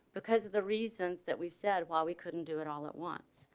because of the reasons that we said well, we couldn't do it all at once.